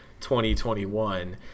2021